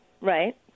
Right